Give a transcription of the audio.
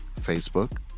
Facebook